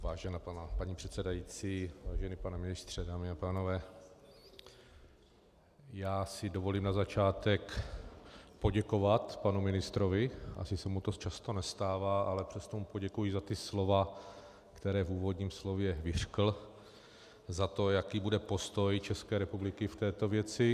Vážená paní předsedající, vážený pane ministře, dámy a pánové, já si dovolím na začátek poděkovat panu ministrovi, asi se mu to často nestává, ale přesto mu poděkuji za ta slova, která v úvodním slově vyřkl, za to, jaký bude postoj České republiky v této věci.